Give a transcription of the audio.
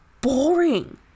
boring